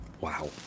Wow